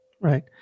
right